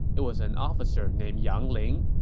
it was an officer named yang ling.